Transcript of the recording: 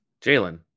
Jalen